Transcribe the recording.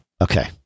Okay